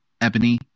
Ebony